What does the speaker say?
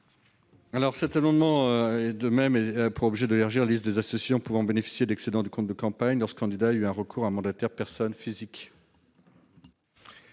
Cet amendement a pour objet d'élargir la liste des associations pouvant bénéficier d'excédents du compte de campagne lorsque le candidat a eu recours à un mandataire personne physique.